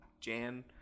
jan